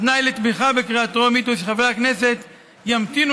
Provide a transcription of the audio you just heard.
התנאי לתמיכה בקריאה טרומית הוא שחברי הכנסת ימתינו